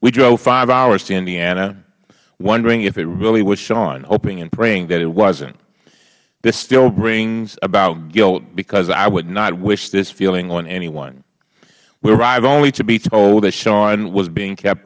we drove five hours to indiana wondering if it really was shawn hoping and praying that it wasnt this still brings about guilt because i would not wish this feeling on anyone we arrived only to be told that shawn was being kept